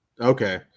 okay